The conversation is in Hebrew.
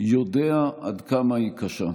יודע עד כמה היא קשה.